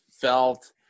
felt